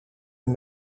een